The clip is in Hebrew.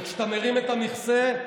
וכשאתה מרים את המכסה,